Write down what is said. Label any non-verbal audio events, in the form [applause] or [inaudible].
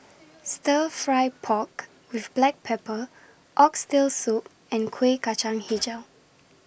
Stir Fry Pork with Black Pepper Oxtail Soup and Kueh Kacang [noise] Hijau